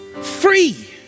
free